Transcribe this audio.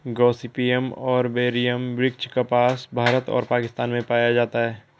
Gossypium arboreum वृक्ष कपास, भारत और पाकिस्तान में पाया जाता है